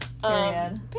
period